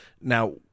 now